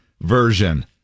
version